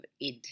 Id